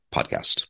Podcast